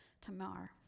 Tamar